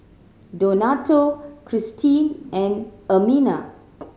Donato Christene and Ermina